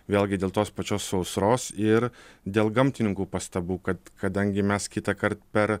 vėlgi dėl tos pačios sausros ir dėl gamtininkų pastabų kad kadangi mes kitąkart per